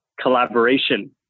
collaboration